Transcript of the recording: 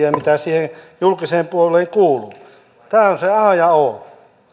ja sitä mitä siihen julkiseen puoleen kuuluu tämä on se a ja o